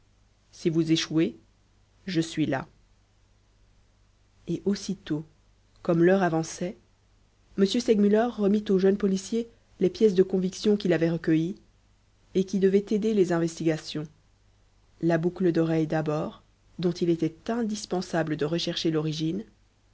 si vous échouez je suis là et aussitôt comme l'heure avançait m segmuller remit au jeune policier les pièces de conviction qu'il avait recueillies et qui devaient aider les investigations la boucle d'oreille d'abord dont il était indispensable de rechercher l'origine